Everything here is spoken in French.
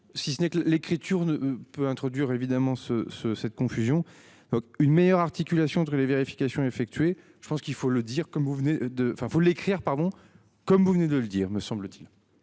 si ce n'est que l'écriture ne peut introduire évidemment ce ce cette confusion. Une meilleure articulation entre les vérifications effectuées. Je pense qu'il faut le dire comme vous venez de enfin faut l'écrire